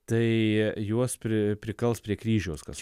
tai juos pri prikals prie kryžiaus kas